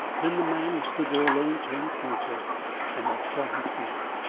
then the man who stood there alone turned slightly and i saw his face.